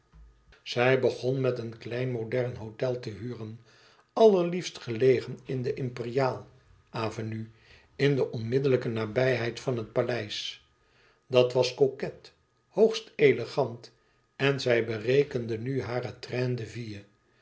zij begon met een klein modern hôtel te huren allerliefst gelegen in de imperiaal avenue in de onmiddelijke nabijheid van het paleis dat was coquet hoogst elegant en zij berekende nu haren train de vie